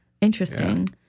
Interesting